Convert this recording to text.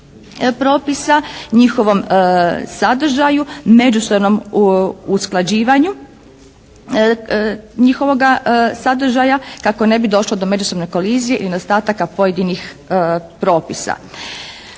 propisa, njihovom sadržaju, međusobnom usklađivanju njihovoga sadržaja kako ne bi došlo do međusobne …/Govornica se ne razumije./… i nedostataka pojedinih propisa.